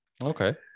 Okay